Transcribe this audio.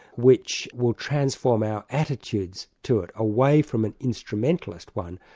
which will transform our attitudes to it away from an instrumentalist one,